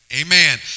Amen